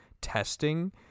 testing